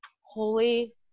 holy